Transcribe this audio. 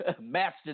master